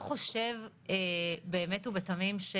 דווקא על ההיבטים האתיים והרגולטורים.